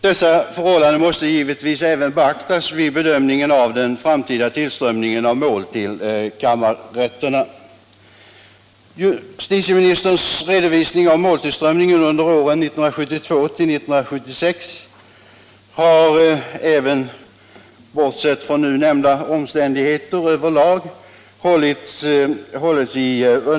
Dessa förhållanden måste givetvis beaktas vid bedömningen av den framtida tillströmningen av mål till kammarrätterna.